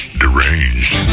deranged